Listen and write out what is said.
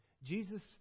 Jesus